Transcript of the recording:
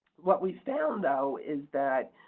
what we found though is that